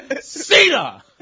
Cena